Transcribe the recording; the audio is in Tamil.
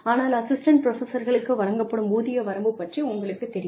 ஆனால் அசிஸ்டண்ட் புரஃபசர்களுக்கு வழங்கப்படும் ஊதிய வரம்பு பற்றி உங்களுக்குத் தெரியும்